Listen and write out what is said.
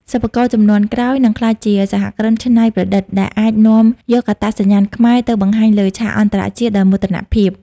សិប្បករជំនាន់ក្រោយនឹងក្លាយជាសហគ្រិនច្នៃប្រឌិត ដែលអាចនាំយកអត្តសញ្ញាណខ្មែរទៅបង្ហាញលើឆាកអន្តរជាតិដោយមោទនភាព។